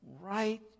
right